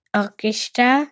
orchestra